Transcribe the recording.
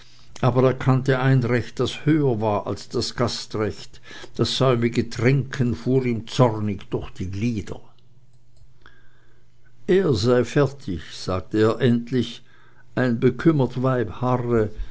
aber er kannte ein recht das höher war als das gastrecht das säumige trinken fuhr ihm zornig durch die glieder er sei fertig sagte er endlich ein bekümmert weib harre